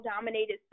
dominated